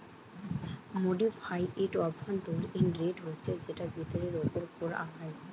modified অভ্যন্তরীণ rate হচ্ছে যেটা ফিরতের উপর কোরা হয়